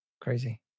crazy